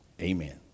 amen